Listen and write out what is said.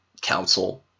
council